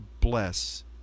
bless